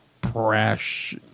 brash